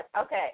okay